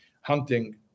hunting